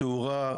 תאורה,